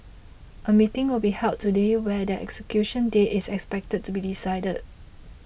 a meeting will be held today where their execution date is expected to be decided